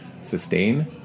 sustain